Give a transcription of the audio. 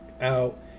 out